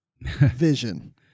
vision